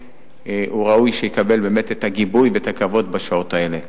ראוי שיקבל את הגיבוי ואת הכבוד בשעות האלה.